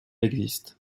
existe